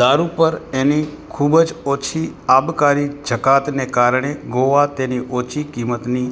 દારૂ પર એની ખૂબ જ ઓછી આબકારી જકાતને કારણે ગોવા તેની ઓછી કિંમતની